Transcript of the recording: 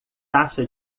taxa